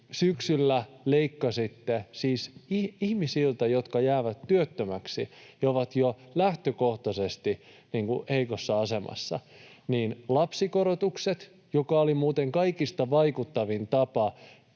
syksyllä leikkasitte siis niiltä, jotka jäävät työttömiksi ja ovat jo lähtökohtaisesti heikossa asemassa, lapsikorotukset, mikä oli muuten kaikista vaikuttavin tapa